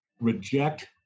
reject